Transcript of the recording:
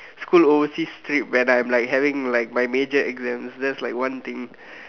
school overseas trip when I am like having like my major exams that is like one thing